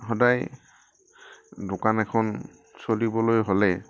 সদায় দোকান এখন চলিবলৈ হ'লে